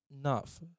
enough